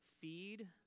feed